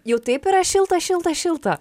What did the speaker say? jau taip yra šilta šilta šilta